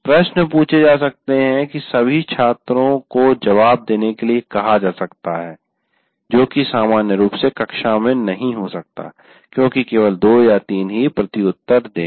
प्रश्न पूछे जा सकते हैं और सभी छात्रों को जवाब देने के लिए कहा जा सकता है जो कि सामान्य रूप से कक्षा में नहीं हो सकता क्योंकि केवल 2 या 3 ही प्रत्युत्तर देंगे